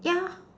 ya